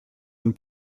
ein